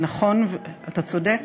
נכון, אתה צודק.